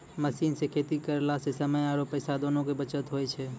machine सॅ खेती करला स समय आरो पैसा दोनों के बचत होय छै